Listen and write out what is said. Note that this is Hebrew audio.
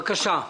בבקשה,